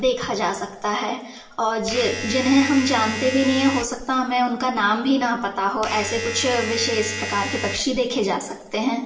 देखा जा सकता है और जिन्हें हम जानते भी नहीं हैं हो सकता मैं उनका नाम भी ना पता हो ऐसे कुछ विशेष प्रकार के पक्षी देखे जा सकते हैं